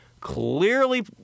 clearly